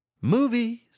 Movies